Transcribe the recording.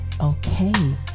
Okay